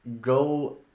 go